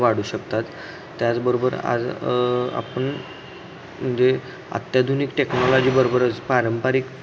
वाढू शकतात त्याचबरोबर आज आपण म्हणजे अत्याधुनिक टेक्नॉलॉजीबरोबरच पारंपरिक